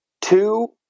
two